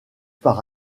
par